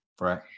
Right